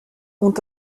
ont